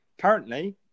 Currently